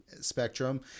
spectrum